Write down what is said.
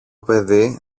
παιδί